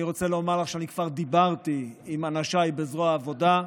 אני רוצה לומר לך שכבר דיברתי עם אנשיי בזרוע העבודה,